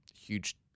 huge